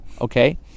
okay